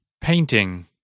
Painting